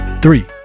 Three